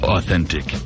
Authentic